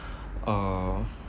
uh